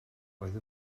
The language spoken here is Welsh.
oedd